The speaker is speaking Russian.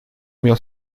умел